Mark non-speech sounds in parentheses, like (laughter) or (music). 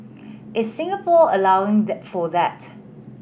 is Singapore allowing (unintelligible) for that